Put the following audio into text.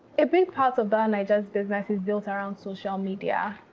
a big part of bellanaija's business is built around social media.